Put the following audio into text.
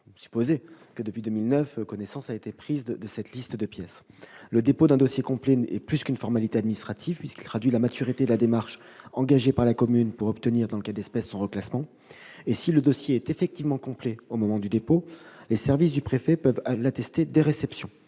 supposer que, depuis 2009, connaissance a été prise de cette liste de pièces. Le dépôt d'un dossier complet est plus qu'une formalité administrative, il traduit la maturité de la démarche engagée par la commune pour obtenir, dans le cas d'espèce, son classement ; et, si le dossier est effectivement complet au moment du dépôt, les services du préfet peuvent délivrer une attestation dès réception.